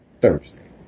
Thursday